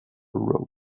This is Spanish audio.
road